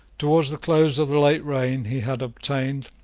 towards the close of the late reign he had obtained,